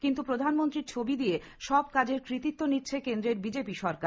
কিন্তু প্রধানমন্ত্রীর ছবি দিয়ে সব কাজের কৃতিত্ব নিচ্ছে কেন্দ্রের বিজেপি সরকার